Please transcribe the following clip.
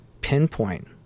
pinpoint